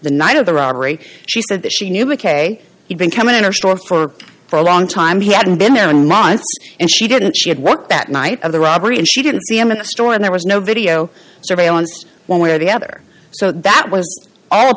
the night of the robbery she said that she knew mckay he'd been coming in our store for for a long time he hadn't been in months and she didn't she had work that night of the robbery and she didn't see him in the store and there was no video surveillance one way or the other so that was all